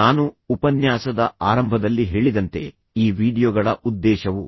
ನಾನು ಉಪನ್ಯಾಸದ ಆರಂಭದಲ್ಲಿ ಹೇಳಿದಂತೆ ಈ ವೀಡಿಯೊಗಳ ಉದ್ದೇಶವು